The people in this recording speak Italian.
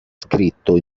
scritto